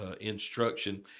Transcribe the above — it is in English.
instruction